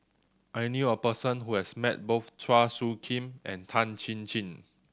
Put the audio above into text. I knew a person who has met both Chua Soo Khim and Tan Chin Chin